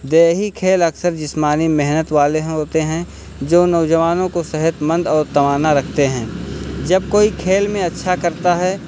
دیہی کھیل اکثر جسمانی محنت والے ہوتے ہیں جو نوجوانوں کو صحت مند اور توانہ رکھتے ہیں جب کوئی کھیل میں اچھا کرتا ہے